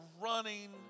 running